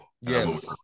Yes